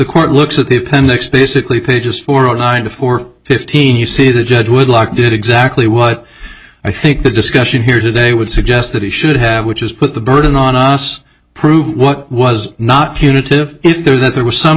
court looks at the appendix basically pages four zero nine before fifteen you see the judge would lock did exactly what i think the discussion here today would suggest that he should have which is put the burden on us prove what was not punitive if there that there was some